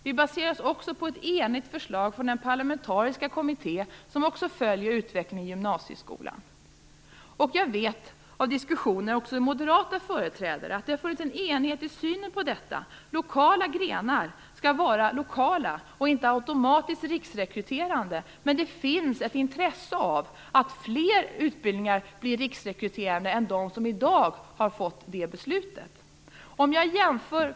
Vi baserar oss också på ett enigt förslag från den parlamentariska kommitté som följer utvecklingen i gymnasieskolan. Jag vet från diskussioner också med moderata företrädare att det har funnits en enighet i synen på detta. Lokala grenar skall vara lokala och inte automatiskt riksrekryterande. Men det finns ett intresse av att fler utbildningar blir riksrekryterande än vad man i dag har beslutat om.